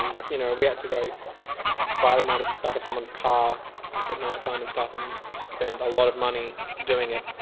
and like you know we had to go buy them out of the back of someone's car like at night-time and and spend a lot of money doing it.